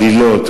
עלילות,